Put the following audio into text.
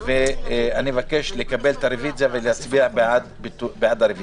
אני מבקש לקבל את הרביזיה ולהצביע בעד הרביזיה.